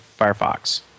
Firefox